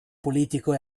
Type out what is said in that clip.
politico